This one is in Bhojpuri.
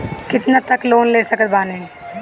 कितना तक लोन ले सकत बानी?